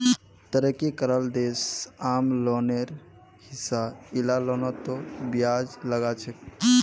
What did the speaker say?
तरक्की कराल देश आम लोनेर हिसा इला लोनतों ब्याज लगाछेक